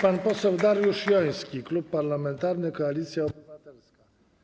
Pan poseł Dariusz Joński, Klub Parlamentarny Koalicja Obywatelska.